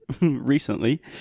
recently